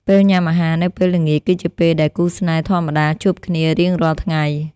ពេលញ៉ាំអាហារនៅពេលល្ងាចគឺជាពេលដែលគូស្នេហ៍ធម្មតាជួបគ្នារៀងរាល់ថ្ងៃ។